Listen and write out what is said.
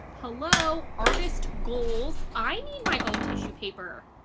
hello artists goals! i need my own tissue paper.